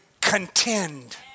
contend